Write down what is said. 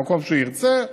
במקום שירצה.